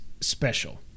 special